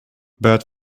but